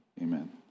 Amen